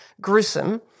gruesome